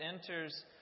enters